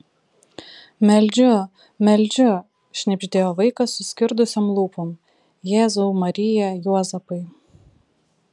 meldžiu meldžiu šnibždėjo vaikas suskirdusiom lūpom jėzau marija juozapai